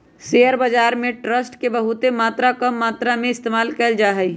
share बाजार में trust के बहुत कम मात्रा में इस्तेमाल कइल जा हई